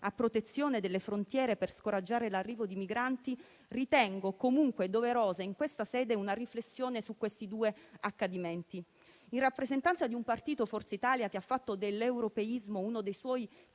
a protezione delle frontiere, per scoraggiare l'arrivo di migranti, ritengo comunque doverosa in questa sede una riflessione su questi due accadimenti. In rappresentanza di un partito, Forza Italia, che ha nell'europeismo uno dei suoi principi